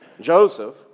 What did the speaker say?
Joseph